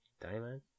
Diamond